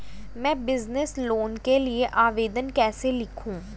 मैं business loan के लिए आवेदन कैसे लिखूँ?